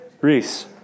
Reese